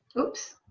oops